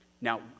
Now